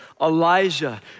Elijah